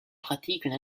pratiquent